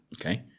Okay